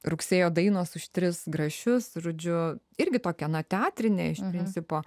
rugsėjo dainos už tris grašius žodžiu irgi tokia na teatrinė principo